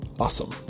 awesome